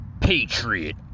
Patriot